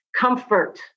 comfort